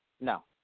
No